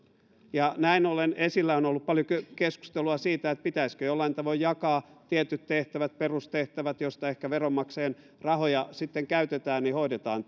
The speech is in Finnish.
ja näin ollen esillä on ollut paljon keskustelua siitä pitäisikö jollain tavoin jakaa niin että tietyt tehtävät perustehtävät joissa ehkä veronmaksajien rahoja käytetään hoidetaan